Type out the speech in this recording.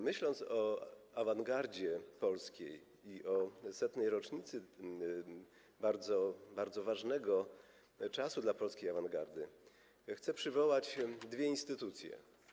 Myśląc o awangardzie polskiej i o 100. rocznicy bardzo, bardzo ważnego czasu dla polskiej awangardy, chcę przywołać dwie instytucje.